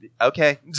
okay